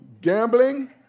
gambling